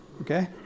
Okay